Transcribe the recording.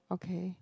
okay